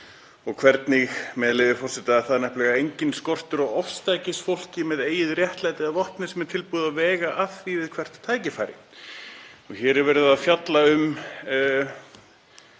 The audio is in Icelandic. með leyfi forseta: „Það er nefnilega enginn skortur á ofstækisfólki með eigið réttlæti að vopni sem er tilbúið að vega að því við hvert tækifæri.“ Hér er verið að fjalla um